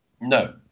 No